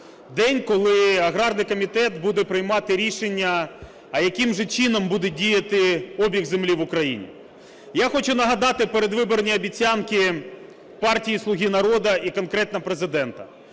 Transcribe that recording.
день, коли аграрний комітет буде приймати рішення: а яким же чином буде діяти обіг землі в Україні. Я хочу нагадати передвиборні обіцянки партії "Слуга народу" і конкретно Президента,